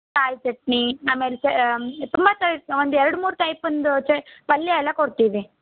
ಕಾಯಿ ಚಟ್ನಿ ಆಮೇಲೆ ತುಂಬ ಥರದ ಒಂದು ಎರಡು ಮೂರು ಟೈಪಿಂದ ಚ ಪಲ್ಯ ಎಲ್ಲ ಕೊಡ್ತೀವಿ